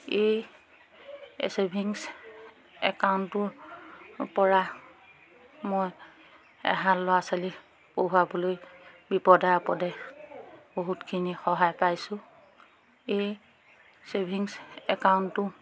এই ছেভিংছ একাউণ্টটোৰপৰা মই এহাল ল'ৰা ছোৱালী পঢ়ুৱাবলৈ বিপদে আপদে বহুতখিনি সহায় পাইছোঁ এই চেভিংছ একাউণ্টটো